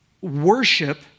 worship